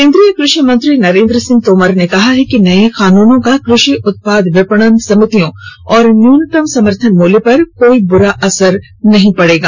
केन्द्रीय कृशि मंत्री नरेन्द्र सिंह तोमर ने कहा कि नए कानूनों का कृषि उत्पाद विपणन समितियों और न्यूनतम समर्थन मूल्य पर कोई बुरा असर नहीं पडेगा